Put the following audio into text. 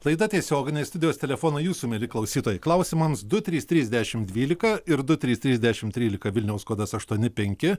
laida tiesioginė studijos telefonai jūsų mieli klausytojai klausimams du trys trys dešim dvylika ir du trys trys dešim trylika vilniaus kodas aštuoni penki